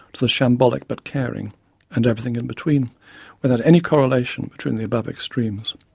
to the shambolic but caring and everything in between without any correlation between the above extremes.